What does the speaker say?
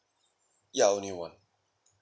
ya only one